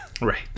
right